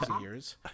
years